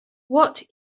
what